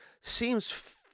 seems